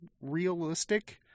realistic